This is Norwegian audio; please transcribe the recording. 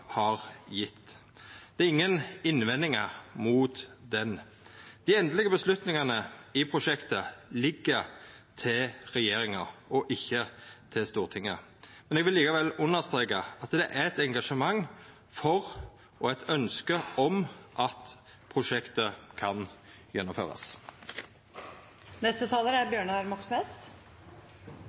har sett for gjennomføringa av prosjektet, er oppfylte. I den samanhengen viser eg til utgreiinga som næringsministeren nettopp gav. Det er ingen innvendingar mot den. Dei endelege avgjerdene i prosjektet ligg til regjeringa, ikkje til Stortinget. Eg vil likevel understreka at det er eit engasjement for og eit ønske om at prosjektet kan